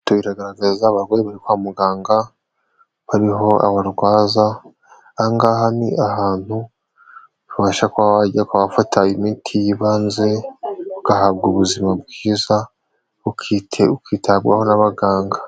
Ifoto iragaragaza abagore bari kwa muganga, bariho abarwaza, aha ngaha ni ahantu ubasha kuba wajya ukaba wafata imiti y'ibanze, ugahabwa ubuzima bwiza, ukitabwaho n'abaganga.